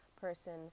person